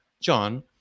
John